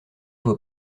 vos